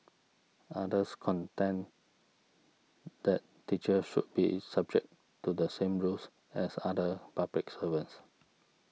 others contend that teachers should be subject to the same rules as other public servants